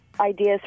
ideas